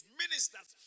ministers